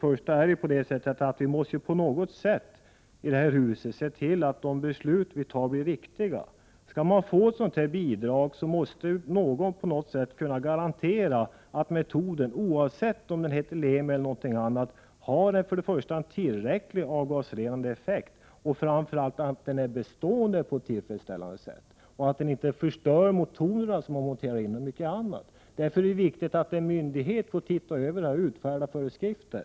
Först och främst måste vi här i huset på något sätt se till att de beslut vi fattar blir riktiga. Skall man få ett bidrag måste någon på något sätt kunna garantera — oavsett om metoden heter Lemi eller någonting annat — för det första att metoden har en tillräcklig avgasrenande effekt och för det andra att effekten är bestående. Vidare måste man kunna garantera att metoden inte förstör motorerna och mycket annat. Därför är det viktigt att en myndighet får se över detta och utfärda föreskrifter.